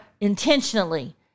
intentionally